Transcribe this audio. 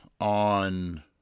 on